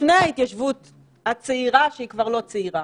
לפני ההתיישבות הצעירה שהיא כבר לא צעירה.